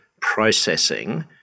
processing